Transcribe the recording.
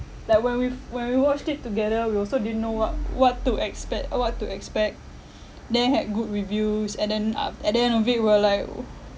like when we've when we watched it together we also didn't know what what to expect what to expect then had good reviews and then uh and then the movie were like